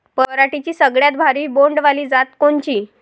पराटीची सगळ्यात भारी बोंड वाली जात कोनची?